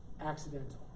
accidental